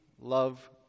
love